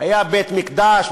היה בית-מקדש,